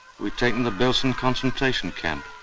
we'd taken the belsen concentration camp.